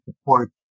support